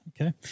Okay